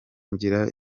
ngira